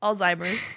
alzheimer's